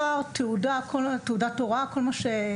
עם תואר ותעודת הוראה, כל מה שנדרש.